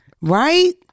Right